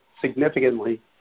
significantly